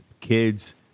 kids